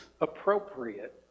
appropriate